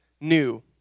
new